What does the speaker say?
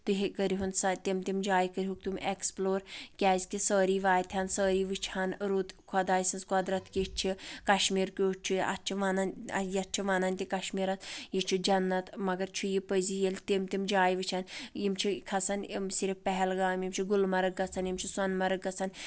تُہۍ کٔرِہون سا تِم تِم جایہِ کٔرۍہُکھ تِم ایکٕسپٕلور کیازکہِ سٲری واتہِ ہن سٲری وٕچھہن رُت خُداے سٕنٛز قۄدرت کِژھ چھِ کشمیٖر کیُتھ چھُ اتھ چھِ ونَان یتھ چھِ ونَان تہِ کشمیٖرس یہِ چھُ جنت مگر چھُ یہِ پٔزِی ییٚلہِ تِم تِم جایہِ وٕچھن یِم چھِ کھسن صرف پہلگام یِم چھِ گُلمرگ گژھان یِم چھِ سُنمرگ گژھَان